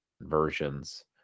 versions